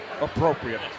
appropriate